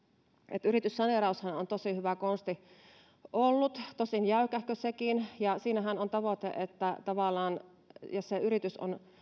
että yrityssaneeraushan on tosi hyvä konsti ollut tosin jäykähkö sekin ja siinähän on tavoite että jos tavallaan se yritys on